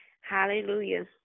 Hallelujah